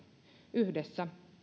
yhdessä